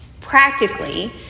practically